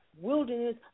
wilderness